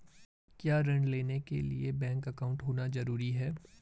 क्या ऋण लेने के लिए बैंक अकाउंट होना ज़रूरी है?